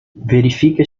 verifique